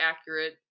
accurate